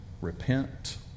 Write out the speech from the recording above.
repent